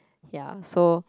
ya so